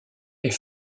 est